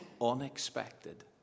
unexpected